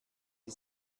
die